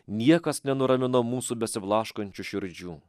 niekas nenuramino mūsų besiblaškančių širdžių